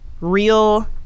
real